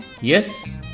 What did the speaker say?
Yes